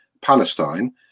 Palestine